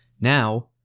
Now